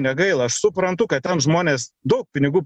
negaila aš suprantu kad tam žmonės daug pinigų